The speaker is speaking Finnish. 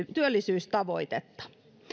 työllisyystavoitetta